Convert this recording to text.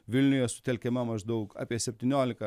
vilniuje sutelkiama maždaug apie septyniolika